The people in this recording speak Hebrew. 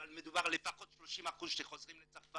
אבל מדובר על לפחות 30% שחוזרים לצרפת,